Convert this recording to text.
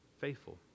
faithful